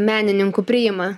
menininkų priima